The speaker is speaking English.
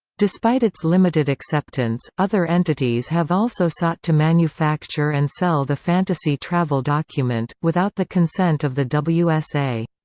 despite its limited acceptance, other entities have also sought to manufacture and sell the fantasy travel document, without the consent of the wsa.